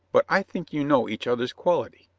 but i think you know each other's quality.